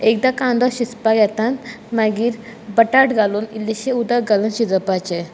एकदां कांदो शिजपाक येता मागीर बटाट घालून इल्लेंशें उदक घालून शिजोवपाचें